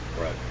right